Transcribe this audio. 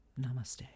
Namaste